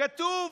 כתוב: